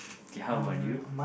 K how about you